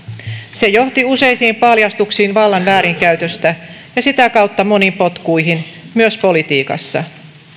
se johti useisiin paljastuksiin vallan väärinkäytöstä ja sitä kautta moniin potkuihin myös politiikassa